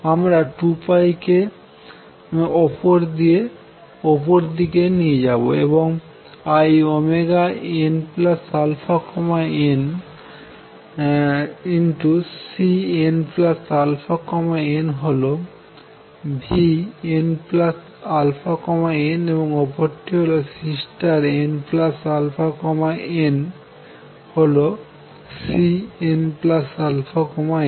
আমরা 2 কে অপর দিকে নিয়ে যাবো এবং inαnCnαn হল vnαnএবং অপরটি Cnnহল Cnαn